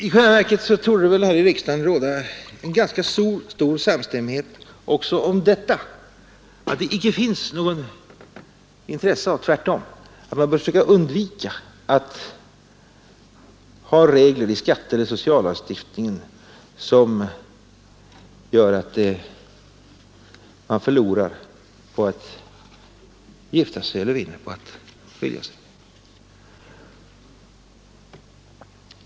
I själva verket torde det här i riksdagen råda ganska stor samstämmighet också om detta att man bör söka undvika att ha regler i skatteeller sociallagstiftningen som gör att människor förlorar på att gifta sig eller vinner på att skilja sig.